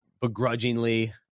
begrudgingly